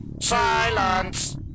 Silence